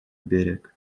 берег